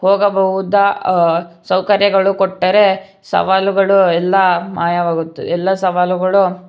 ಹೋಗಬಹುದಾ ಸೌಕರ್ಯಗಳು ಕೊಟ್ಟರೆ ಸವಾಲುಗಳು ಎಲ್ಲ ಮಾಯವಾಗುತ್ತೆ ಎಲ್ಲ ಸವಾಲುಗಳು